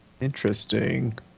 Interesting